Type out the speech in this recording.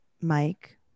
Mike